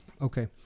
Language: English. Okay